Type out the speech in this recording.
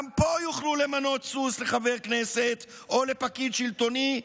גם פה יוכלו למנות סוס לחבר כנסת או לפקיד שלטוני,